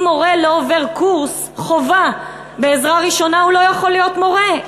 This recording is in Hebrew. אם מורה לא עובר קורס חובה בעזרה ראשונה הוא לא יכול להיות מורה.